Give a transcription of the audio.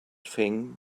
thing